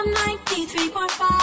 93.5